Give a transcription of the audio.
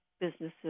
businesses